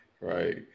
right